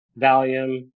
valium